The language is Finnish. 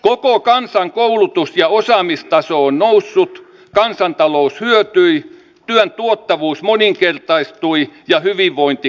koko kansan koulutus ja osaamistaso on noussut kansantalous hyötyi työn tuottavuus moninkertaistui ja hyvinvointi kasvoi